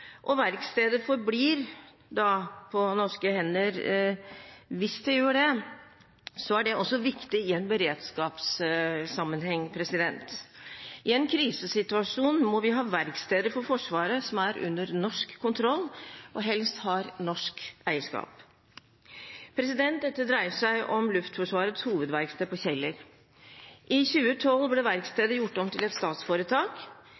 Hvis verkstedet forblir på norske hender, er det også viktig i en beredskapssammenheng. I en krisesituasjon må vi ha verksteder for Forsvaret som er under norsk kontroll og helst har norsk eierskap. Dette dreier seg om Luftforsvarets hovedverksted på Kjeller. I 2012 ble